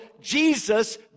Jesus